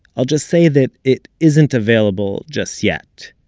i'll just say that it isn't available just yet.